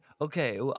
Okay